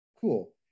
cool